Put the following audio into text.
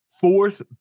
Fourth